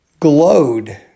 Glowed